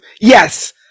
yes